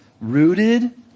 Rooted